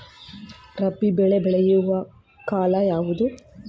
ರಾಬಿ ಬೆಳೆ ಬೆಳೆಯುವ ಕಾಲ ಯಾವುದು?